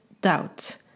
doubt